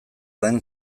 den